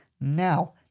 Now